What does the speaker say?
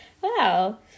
Wow